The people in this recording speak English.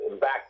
back